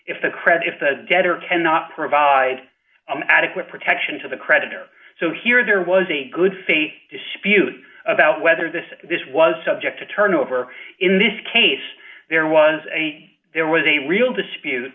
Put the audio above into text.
credit if the debtor cannot provide adequate protection to the creditor so here there was a good faith dispute about whether this this was subject to turn over in this case there was a there was a real dispute